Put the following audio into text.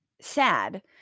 sad